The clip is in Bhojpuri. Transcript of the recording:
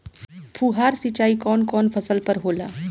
फुहार सिंचाई कवन कवन फ़सल पर होला?